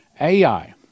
AI